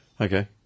Okay